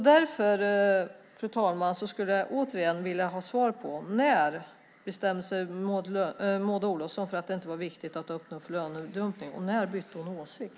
Därför, fru talman, skulle jag vilja ha svar på när Maud Olofsson bestämde sig för att det inte var viktigt att öppna upp för lönedumpning. När bytte hon åsikt?